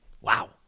Wow